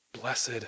blessed